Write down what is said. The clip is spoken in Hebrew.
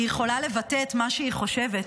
היא יכולה לבטא את מה שהיא חושבת,